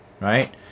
right